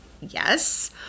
yes